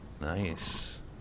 Nice